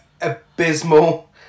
abysmal